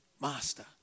Master